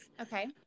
Okay